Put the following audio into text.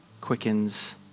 quickens